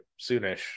soonish